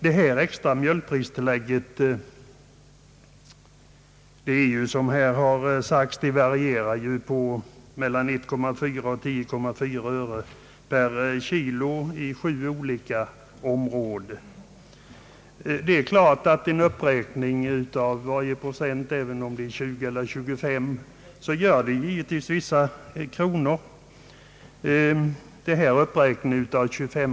Det extra mjölkpristillägget varierar, som här sagts, mellan 1,4 och 10,4 öre per kg i sju olika områden. Antingen det nu är 20 eller 25 procent, så innebär varje procents ökning givetvis några kronor för dem som får detta tilllägg.